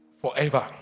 forever